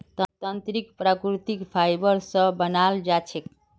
तंत्रीक प्राकृतिक फाइबर स बनाल जा छेक